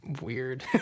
weird